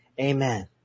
Amen